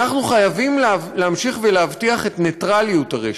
אנחנו חייבים להמשיך ולהבטיח את נייטרליות הרשת.